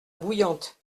bouillante